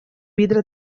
vidre